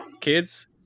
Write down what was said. Kids